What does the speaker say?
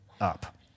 up